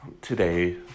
today